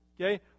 Okay